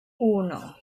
uno